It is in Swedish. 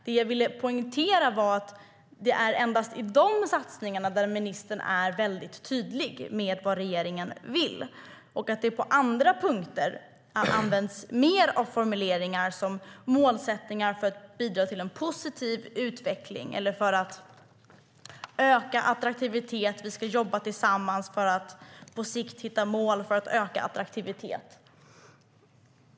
Det jag ville poängtera är att det endast är i dessa satsningar som ministern är tydlig med vad regeringen vill medan det på andra punkter används formuleringar om målsättningar för att bidra till en positiv utveckling och öka attraktiviteten eller att vi ska jobba tillsammans för att på sikt hitta mål för att öka attraktiviteten.